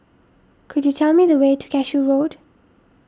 could you tell me the way to Cashew Road